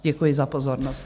Děkuji za pozornost.